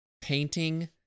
painting